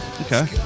Okay